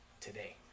today